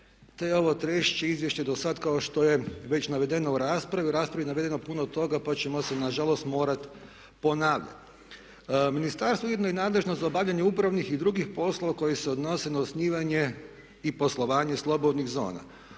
je ovo 3. izvješće dosad kao što je već navedeno u raspravi. U raspravi je navedeno puno toga pa ćemo se nažalost morati ponavljati. Ministarstvo je ujedno i nadležno za obavljanje upravnih i drugih poslova koji se odnose na osnivanje i poslovanje slobodnih zona.